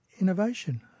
innovation